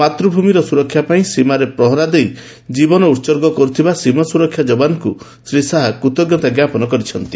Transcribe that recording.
ମାତୃଭୂମିର ସୁରକ୍ଷା ପାଇଁ ସୀମାରେ ପ୍ରହରା ଦେଇ ଜୀବନ ଉତ୍ସର୍ଗ କରୁଥିବା ସୀମା ସୁରକ୍ଷା ଜବାନମାନଙ୍କୁ ଶ୍ରୀ ଶାହା କୃତଜ୍ଞତା ଜ୍ଞାପନ କରିଛନ୍ତି